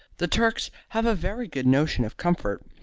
the turks have a very good notion of comfort.